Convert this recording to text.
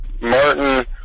Martin